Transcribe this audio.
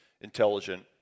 intelligent